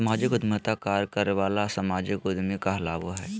सामाजिक उद्यमिता कार्य करे वाला सामाजिक उद्यमी कहलाबो हइ